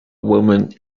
women